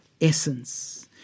essence